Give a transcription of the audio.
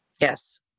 Yes